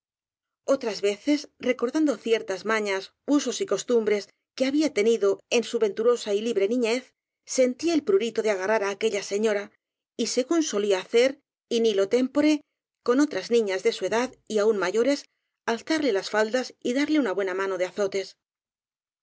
otras veces recordando ciertas mañas usos y costum bres que había tenido en su venturosa y libre ni ñez sentía el prurito de agarrar á aquella señora y según solía hacer in illo tempore con otras niñas de su edad y aun mayores alzarle las faldas y darle una buena mano de azotes